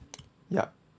yup